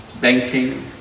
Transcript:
banking